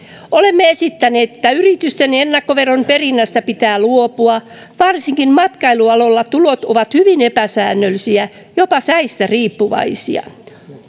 olemme esittäneet että yritysten ennakkoveron perinnästä pitää luopua varsinkin matkailualoilla tulot ovat hyvin epäsäännöllisiä jopa säistä riippuvaisia